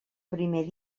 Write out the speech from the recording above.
primer